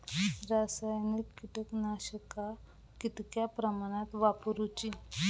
रासायनिक कीटकनाशका कितक्या प्रमाणात वापरूची?